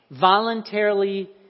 voluntarily